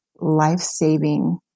life-saving